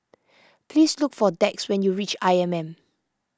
please look for Dax when you reach I M M